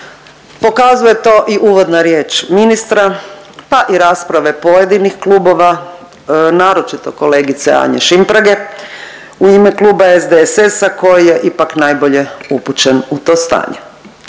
pokazuje to i uvodna riječ ministra, pa i rasprave pojedinih klubova, naročito kolegice Anje Šimprage u ime Kluba SDSS-a koji je ipak najbolje upućen u to stanje.